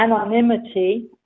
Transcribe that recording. anonymity